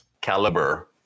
caliber